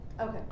Okay